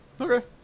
Okay